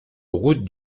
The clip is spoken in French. route